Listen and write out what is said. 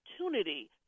opportunity